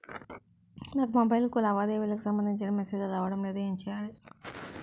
నాకు మొబైల్ కు లావాదేవీలకు సంబందించిన మేసేజిలు రావడం లేదు ఏంటి చేయాలి?